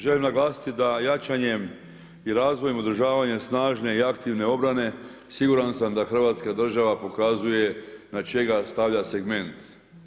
Želim naglasiti da jačanjem i razvojem održavanja snažne i aktivne obrane, siguran sam da Hrvatska država pokazuje na čega stavlja segment.